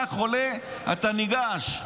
אתה חולה, אתה ניגש,